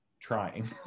trying